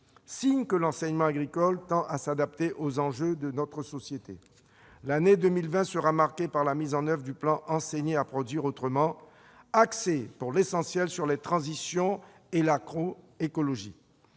Signe que l'enseignement agricole tend à s'adapter aux enjeux de notre société, l'année 2020 sera marquée par la mise en oeuvre du plan Enseigner à produire autrement, axé pour l'essentiel sur les transitions et l'agroécologie.